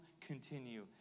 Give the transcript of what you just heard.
continue